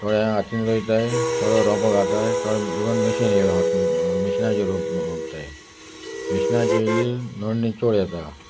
थोड्यां हातीन रोयताय थोडो रोंपाक घालताय थोड इवन मॅशीन येला मिशिनाचेर रों रोंपताय मशिनाची येयली नडणी चड येता